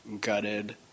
gutted